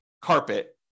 carpet